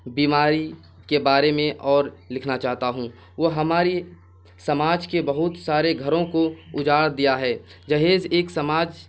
بیماری کے بارے میں اور لکھنا چاہتا ہوں وہ ہماری سماج کے بہت سارے گھروں کو اجاڑ دیا ہے جہیز ایک سماج